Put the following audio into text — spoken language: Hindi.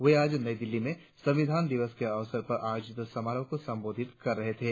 वे आज नई दिल्ली में संविधान दिवस के अवसर पर आयोजित समारोह को संबोधित कर रहे थे